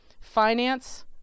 Finance